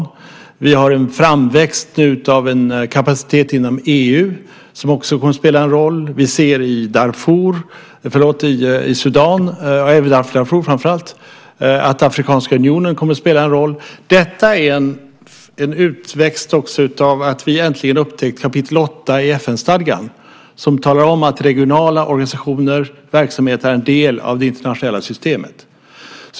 Nu har vi inom EU en framväxt av en kapacitet som också kommer att spela en roll. I Sudan, framför allt Darfur, ser vi att Afrikanska unionen kommer att spela en roll. Det är en utväxt av att vi äntligen upptäckt kapitel 8 i FN-stadgan, som säger att regionala organisationer och verksamheter är en del av det internationella systemet.